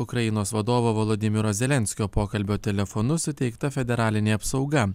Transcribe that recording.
ukrainos vadovo volodymyro zelenskio pokalbio telefonu suteikta federalinė apsauga